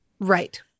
Right